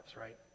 right